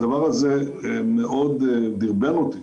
הדבר הזה מאוד דרבן אותי